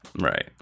right